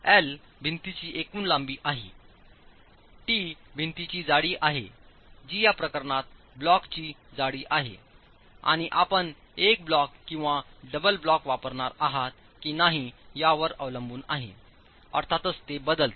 L भिंतीची एकूण लांबी आहे टी भिंतीची जाडी आहे जी या प्रकरणात ब्लॉकची जाडी आहे आणि आपण एक ब्लॉक किंवा डबल ब्लॉक वापरणार आहात की नाही यावर अवलंबून आहे अर्थातच ते बदलते